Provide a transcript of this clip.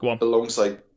Alongside